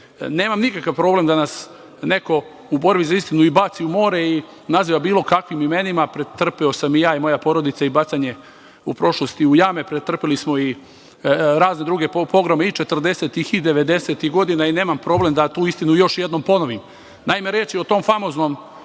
Nemam nikakav problem da nas neko u borbi za istinu i baci u more i naziva bilo kakvim imenima, pretrpeo sam i ja i moja porodica i bacanje u prošlosti u jame, pretrpeli smo i razne druge pogrome i 40-ih i 90-ih godina i nemam problem da tu istinu još jednom ponovim.